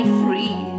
free